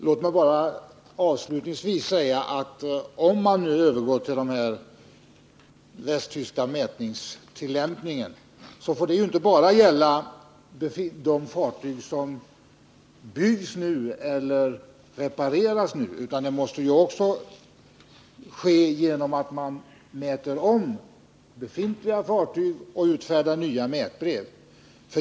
Låt mig bara avslutningsvis påpeka, att om man övergår till den västtyska mätningstilllämpningen får det inte bara gälla de fartyg som byggs nu eller repareras nu, utan det måste också ske genom att man mäter om befintliga fartyg och utfärdar nya mätbrev.